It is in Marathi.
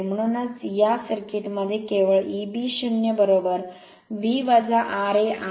म्हणूनच या सर्किटमध्ये केवळ Eb 0 V ra Ia 0